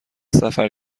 سفر